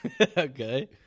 okay